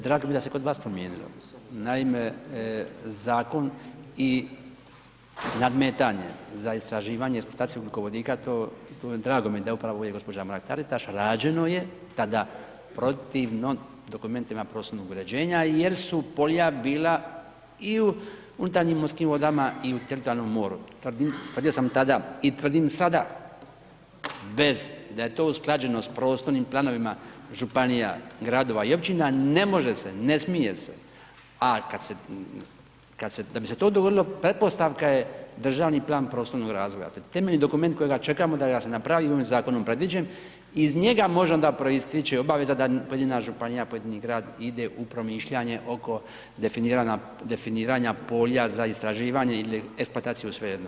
Drago mi je da se kod vas promijenilo, naime zakon i nadmetanje za istraživanje eksploataciju ugljikovodika to, drago mi je da upravo ovdje gđa. Mrak-Taritaš, rađeno je tada protivno dokumentima prostornog uređenja jer su polja bila i u unutarnjim morskim vodama i u teritorijalnom moru, tvrdim, tvrdio sam tada i tvrdim sada bez da je to usklađeno s prostornim planovima županija, gradova i općina ne može se, ne smije se, a kad se, kad se, da bi se to dogodilo, pretpostavka je državni plan prostornog razvoja, temeljni dokument kojega čekamo da ga se napravi i on je zakonom predviđen i iz njega može onda proisteći obaveza da pojedina županija, pojedini grad ide u promišljanje oko definiranja polja za istraživanje ili eksploataciju, svejedno.